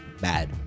bad